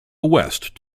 west